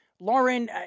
Lauren